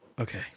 Okay